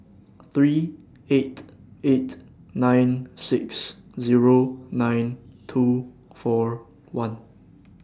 three eight eight nine six Zero nine two four one